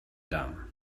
them